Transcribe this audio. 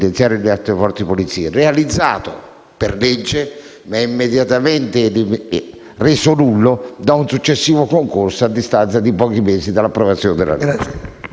per legge ma immediatamente reso nullo da un successivo concorso a distanza di pochi mesi dall'approvazione della legge.